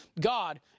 God